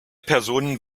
personen